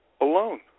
alone